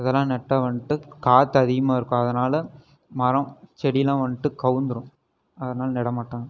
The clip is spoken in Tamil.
இதெல்லாம் நட்டால் வந்துட்டு காற்று அதிகமாக இருக்கும் அதனாலே மரம் செடியெலாம் வந்துட்டு கவுந்துடும் அதனால் நட மாட்டாங்க